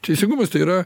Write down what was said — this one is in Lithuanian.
teisingumas tai yra